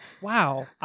wow